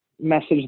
message